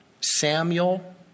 Samuel